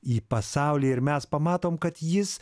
į pasaulį ir mes pamatom kad jis